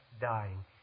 dying